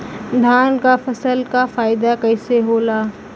धान क फसल क फायदा कईसे होला?